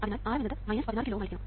അതിനാൽ Rm എന്നത് 16 kilo Ω ആയിരിക്കണം